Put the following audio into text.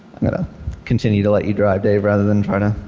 i'm going to continue to let you drive, dave, rather than try to.